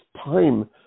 time